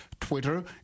Twitter